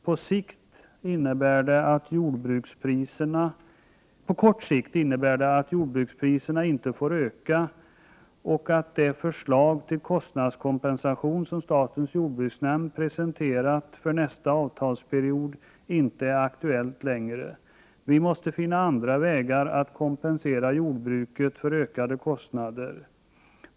På kort sikt innebär det att jordbrukspriserna inte får öka och att det förslag till kostnadskompensation som statens jordbruksnämnd presenterat för nästa avtalsperiod inte längre är aktuellt. Vi måste finna andra vägar att kompensera jordbruket för ökade kostnader.